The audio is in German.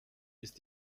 ist